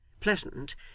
pleasant